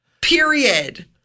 Period